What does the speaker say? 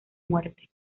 muerte